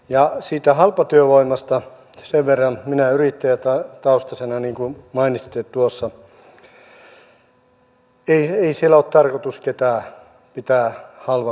ja siitä halpatyövoimasta minä yrittäjätaustaisena niin kuin mainitsitte tuossa sanon sen verran että ei siellä ole tarkoitus ketään pitää halvalla töissä